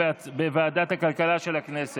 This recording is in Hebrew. לוועדת הכלכלה נתקבלה.